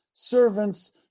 servants